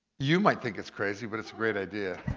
you might think it's crazy, but it's a great idea.